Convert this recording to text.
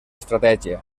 estratègia